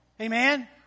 Amen